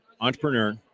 entrepreneur